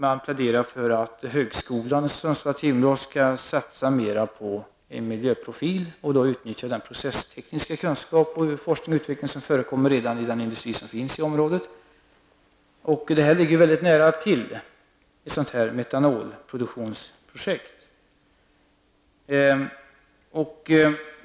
Man pläderar för att högskolan i Sundsvall/Timrå skall satsa mer på en miljöprofil och då utnyttja den processtekniska kunskap och den forskning och utveckling som redan förekommer i den industri som finns i området. Detta ligger väldigt nära till för ett metanolproduktionsprojekt.